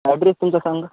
address तुमचा सांगा